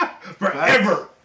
forever